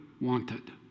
wanted